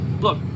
Look